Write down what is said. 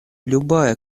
любая